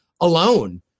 alone